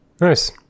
Nice